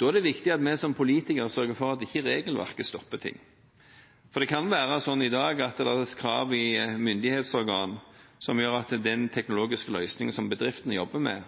Da er det viktig at vi som politikere sørger for at ikke regelverket stopper ting. Det kan være sånn i dag at det stilles krav i myndighetsorgan som gjør at den teknologiske løsningen som en bedrift jobber med,